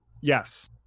yes